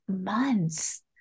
months